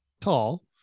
tall